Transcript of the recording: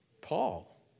Paul